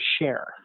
share